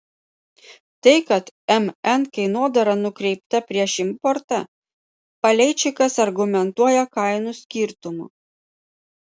tai kad mn kainodara nukreipta prieš importą paleičikas argumentuoja kainų skirtumu